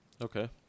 okay